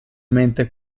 mente